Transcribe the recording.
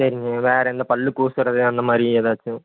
சரிங்க வேறு என்ன பல் கூசுகிறது அந்த மாதிரி ஏதாச்சும்